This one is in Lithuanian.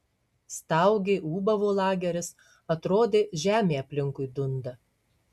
staugė ūbavo lageris atrodė žemė aplinkui dunda